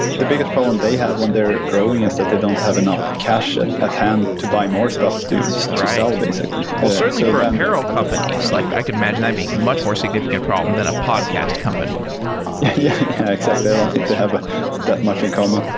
the biggest problem they have when they're growing is that they don't have enough cash at hand to buy more stuff to so to sell, basically certainly for apparel companies. like i can imagine that being a much more significant problem than a podcast company yeah, exactly. i don't think they have stuff much in common.